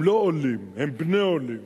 הם לא עולים, הם בני עולים